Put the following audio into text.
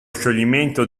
scioglimento